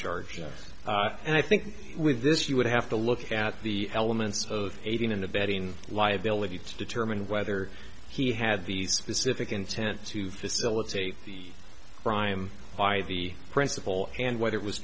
charge and i think with this you would have to look at the elements of aiding and abetting liability to determine whether he had these specific intent to facilitate the crime by the principal and whether it was